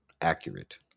accurate